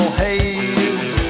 haze